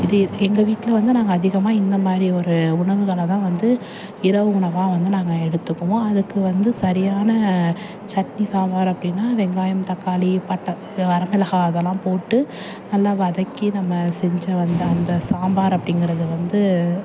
இது எங்கள் வீட்டில் வந்து நாங்கள் அதிகமாக இந்த மாதிரி ஒரு உணவுகளை தான் வந்து இரவு உணவாக வந்து நாங்கள் எடுத்துக்குவோம் அதுக்கு வந்து சரியான சட்னி சாம்பார் அப்படினா வெங்காயம் தக்காளி பட்டை வரமிளகாய் அதல்லாம் போட்டு நல்லா வதக்கி நம்ம செஞ்சு வந்தால் அந்த சாம்பார் அப்படிங்கிறது வந்து